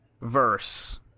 verse